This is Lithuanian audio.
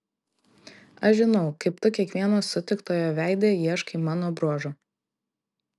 aš žinau kaip tu kiekvieno sutiktojo veide ieškai mano bruožų